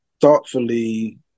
thoughtfully